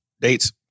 Dates